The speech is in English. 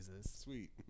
sweet